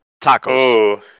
Tacos